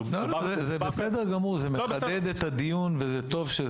זה בסדר גמור, זה מחדד את הדיון וטוב שזה כך.